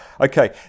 Okay